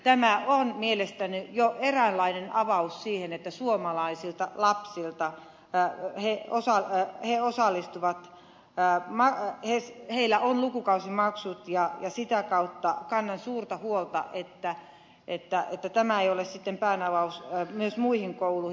tämä on mielestäni jo eräänlainen avaus siihen että suomalaisilta lapsilta pään hiihtonsa he osallistuvat pääl suomalaisilla lapsilla on lukukausimaksut ja sitä kautta kannan suurta huolta että tämä ei ole sitten päänavaus myös muihin kouluihin